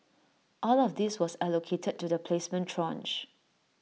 all of this was allocated to the placement tranche